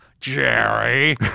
Jerry